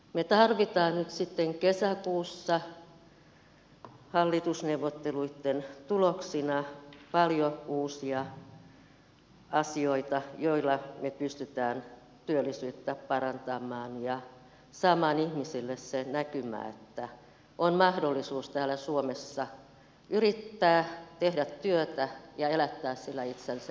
me tarvitsemme nyt sitten kesäkuussa hallitusneuvotteluitten tuloksena paljon uusia asioita joilla me pystymme työllisyyttä parantamaan ja saamaan ihmisille sen näkymän että on mahdollisuus täällä suomessa yrittää tehdä työtä ja elättää sillä itsensä ja perheensä